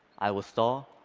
i would saw,